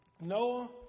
Noah